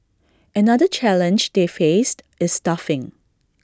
another challenge they faced is staffing